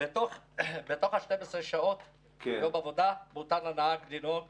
בתוך 12 שעות, יום עבודה, מותר לנהג לנהוג